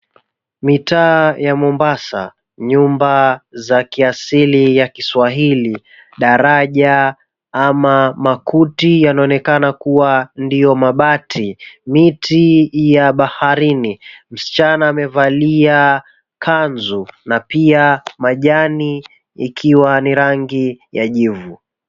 Mitaa ya Mombasa, nyumba za kiasili ya Kiswahili, daraja ama makuti yanaonekana kuwa mabati, miti ya baharini. Msichana amevalia kanzu pia majani ikiwa ni rangi ya jivu.